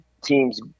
teams